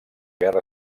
guerra